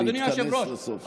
להתכנס לסוף.